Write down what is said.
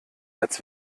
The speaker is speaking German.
als